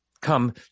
come